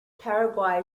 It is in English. paraguay